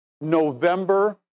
November